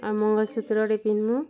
ଆଉ ମଙ୍ଗଳସୂତ୍ରଟେ ପିନ୍ଧ୍ମୁଁ